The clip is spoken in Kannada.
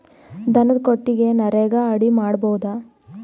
ದನದ ಕೊಟ್ಟಿಗಿ ನರೆಗಾ ಅಡಿ ಮಾಡಬಹುದಾ?